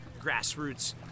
grassroots